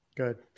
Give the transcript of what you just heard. Good